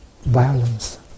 violence